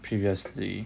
previously